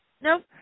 Nope